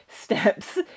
steps